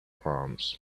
proms